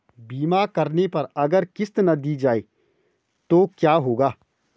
बीमा करने पर अगर किश्त ना दी जाये तो क्या होगा?